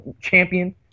champion